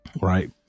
right